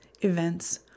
events